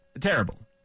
terrible